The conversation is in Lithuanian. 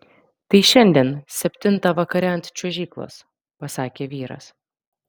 tai šiandien septintą vakare ant čiuožyklos pasakė vyras